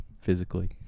physically